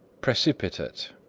precipitate,